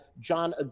John